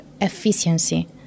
efficiency